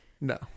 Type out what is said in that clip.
No